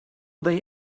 they